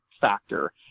factor